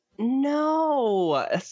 No